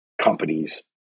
companies